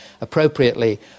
appropriately